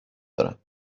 دارم